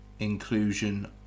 inclusion